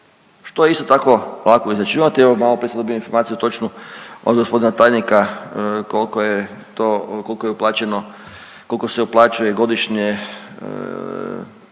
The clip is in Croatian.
što je isto tako lako izračunati. Evo maloprije sam dobio informaciju točnu od g. tajnika kolko je to, kolko je uplaćeno, kolko se uplaćuje godišnje